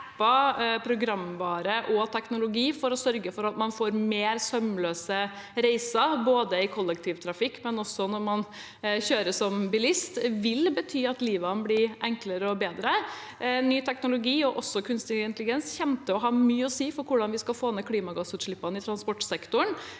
programvare og teknologi for å sørge for at man får mer sømløse reiser, både i kollektivtrafikk og når man kjører som bilist, vil bety at livet blir enklere og bedre. Ny teknologi og også kunstig intelligens kommer til å ha mye å si for hvordan vi skal få ned klimagassutslippene i transportsektoren,